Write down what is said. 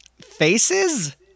faces